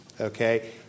Okay